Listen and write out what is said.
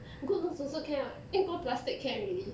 good looks also can [what] need go plastic can already